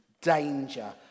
danger